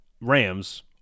Rams